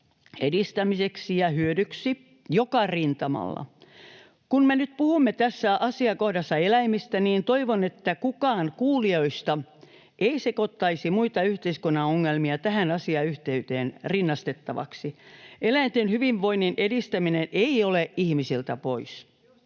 edistämiseksi ja hyödyksi joka rintamalla. Kun me nyt puhumme tässä asiakohdassa eläimistä, niin toivon, että kukaan kuulijoista ei sekoittaisi muita yhteiskunnan ongelmia tähän asiayhteyteen rinnastettavaksi. Eläinten hyvinvoinnin edistäminen ei ole ihmisiltä pois.